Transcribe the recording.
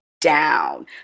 down